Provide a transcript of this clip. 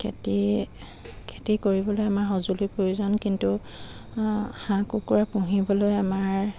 খেতি খেতি কৰিবলৈ আমাৰ সঁজুলি প্ৰয়োজন কিন্তু হাঁহ কুকুৰা পুহিবলৈ আমাৰ